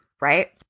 Right